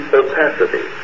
opacity